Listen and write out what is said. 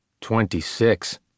Twenty-six